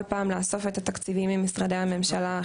פעם לאסוף את התקציבים ממשרדי הממשלה האחרים.